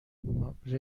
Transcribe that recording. مبر